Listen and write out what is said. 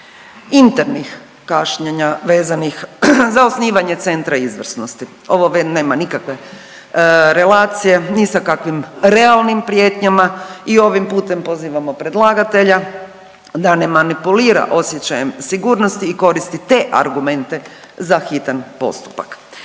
internih kašnjenja vezanih za osnivanje Centra izvrsnosti. Ovo nema nikakve relacije ni sa kakvim realnim prijetnjama i ovim putem pozivamo predlagatelja da ne manipulira osjećajem sigurnosti i koristi te argumente za hitan postupak.